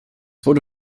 wurde